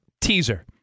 Teaser